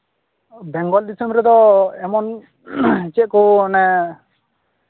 ᱵᱮᱝᱜᱚᱞ ᱫᱤᱥᱚᱢ ᱨᱮᱫᱚ ᱮᱢᱚᱱ ᱪᱮᱫ ᱠᱚ ᱚᱱᱮ